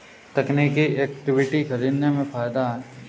तकनीकी इक्विटी खरीदने में फ़ायदा है